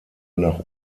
nach